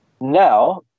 Now